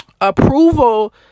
approval